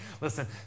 listen